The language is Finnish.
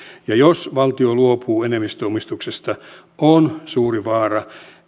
jos valtio luopuu enemmistöomistuksesta on suuri vaara